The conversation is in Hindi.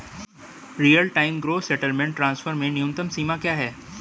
Real time gross settlement transfer में न्यूनतम सीमा क्या है?